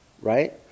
right